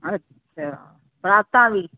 ਅੱਛਾ ਪਰਾਤਾਂ ਵੀ